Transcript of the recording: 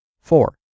Four